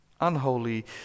unholy